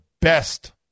best